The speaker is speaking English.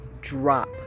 drop